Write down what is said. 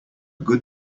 good